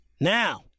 Now